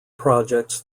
projects